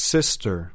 Sister